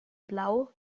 blau